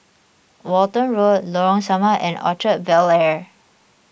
Walton Road Lorong Samak and Orchard Bel Air